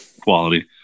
Quality